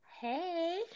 Hey